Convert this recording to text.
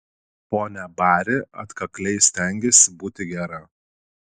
ponia bari atkakliai stengėsi būti gera